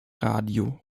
radio